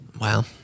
Wow